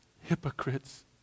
hypocrites